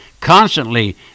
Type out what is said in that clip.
Constantly